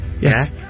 Yes